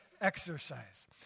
exercise